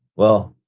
well,